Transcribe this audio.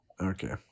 Okay